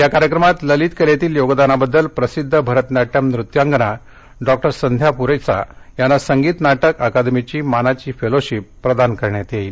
या कार्यक्रमात ललित कलेतील योगदानाबद्दल प्रसिद्ध भरतनाट्यम नृत्यांगना डॉक्टर संध्या पुरेचा यांना संगीत नाटक अकादमीची मानाची फेलोशिप प्रदान करण्यात येणार आहे